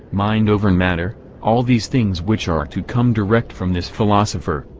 mind over and matter all these things which are to come direct from this philosopher,